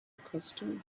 custard